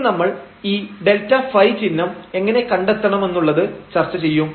ഇനി നമ്മൾ ഈ Δɸ ചിഹ്നം എങ്ങനെ കണ്ടെത്തുമെന്നുള്ളത് ചർച്ച ചെയ്യും